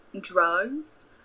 drugs